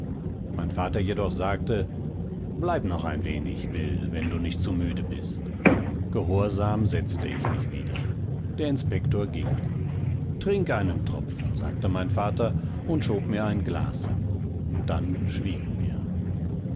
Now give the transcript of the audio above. mein vater jedoch sagte bleib noch ein wenig bill wenn du nicht zu müde bist gehorsam setzte ich mich wieder der inspektor ging trink einen tropfen sagte mein vater und schob mir ein glas hin dann schwiegen wir